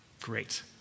Great